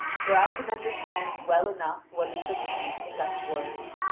for i can understand well enough what is the meaning of such words.